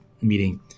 meeting